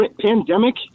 pandemic